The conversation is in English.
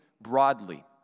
broadly